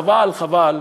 חבל,